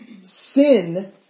Sin